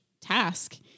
task